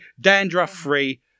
dandruff-free